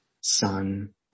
sun